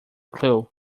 clue